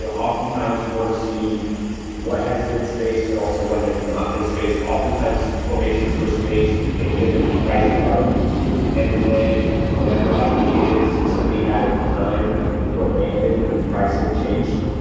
oftentimes, you want to see what has been spaced but also what has not been spaced. oftentimes, formations were spaced in different price environments and then whatever ideas somebody had at the time were abandoned when pricing changed.